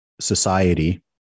society